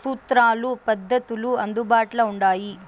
సూత్రాలు, పద్దతులు అందుబాట్ల ఉండాయి